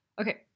Okay